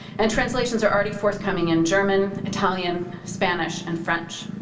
and translations are already forthcoming in german, italian, spanish, and french.